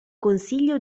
consiglio